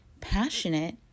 passionate